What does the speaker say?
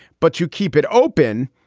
but to keep it open.